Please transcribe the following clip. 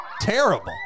terrible